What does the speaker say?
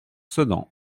sedan